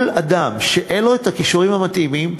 שכל אדם שאין לו הכישורים המתאימים,